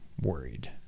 worried